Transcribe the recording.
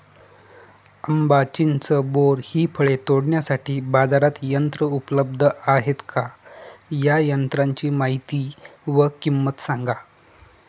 आंबा, चिंच, बोर हि फळे तोडण्यासाठी बाजारात यंत्र उपलब्ध आहेत का? या यंत्रांची माहिती व किंमत सांगा?